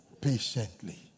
patiently